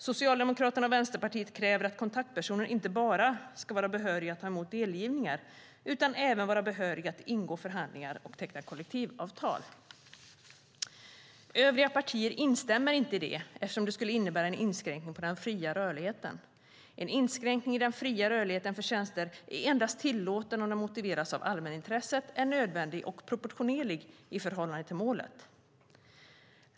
Socialdemokraterna och Vänsterpartiet kräver att kontaktpersonen inte bara ska vara behörig att ta emot delgivningar utan även vara behörig att gå in i förhandlingar och teckna kollektivavtal. Övriga partier instämmer inte i det eftersom det skulle innebära en inskränkning av den fria rörligheten. En inskränkning i den fria rörligheten för tjänster är endast tillåten om den motiveras av allmänintresset, är nödvändig och proportionerlig i förhållande till målet.